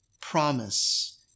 promise